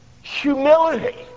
humility